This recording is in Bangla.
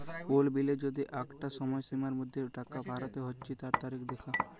কোল বিলের যদি আঁকটা সময়সীমার মধ্যে টাকা ভরতে হচ্যে তার তারিখ দ্যাখা